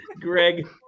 Greg